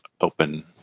open